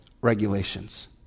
regulations